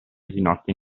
ginocchia